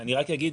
אני רק אגיד,